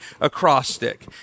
acrostic